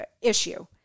issue